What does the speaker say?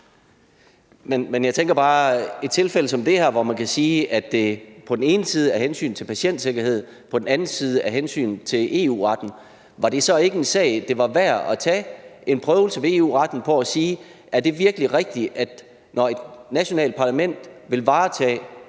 Jeg tænker bare, om det i et tilfælde som det her, hvor man kan sige, at når det på den ene side er hensynet til patientsikkerheden og på den anden side er hensynet til EU-retten, så ikke var en sag, det var værd at prøve ved EU-Domstolen, altså for at se, om det virkelig er rigtigt, at når et nationalt parlament vil varetage